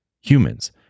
humans